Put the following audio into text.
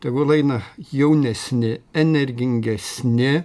tegul eina jaunesni energingesni